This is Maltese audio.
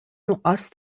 nuqqas